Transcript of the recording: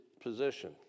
position